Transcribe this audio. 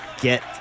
get